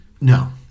No